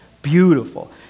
Beautiful